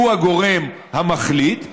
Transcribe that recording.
שהוא הגורם המחליט,